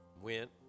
went